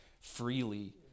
freely